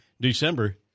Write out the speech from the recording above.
December